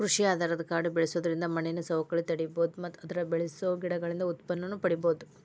ಕೃಷಿ ಆಧಾರದ ಕಾಡು ಬೆಳ್ಸೋದ್ರಿಂದ ಮಣ್ಣಿನ ಸವಕಳಿ ತಡೇಬೋದು ಮತ್ತ ಅದ್ರಾಗ ಬೆಳಸೋ ಗಿಡಗಳಿಂದ ಉತ್ಪನ್ನನೂ ಪಡೇಬೋದು